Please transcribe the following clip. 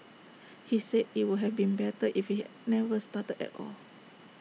he said IT would have been better if he had never started at all